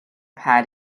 pad